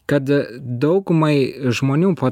kad daugumai žmonių po